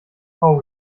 frau